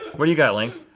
what do you got link?